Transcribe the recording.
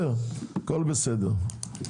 הכול בסדר.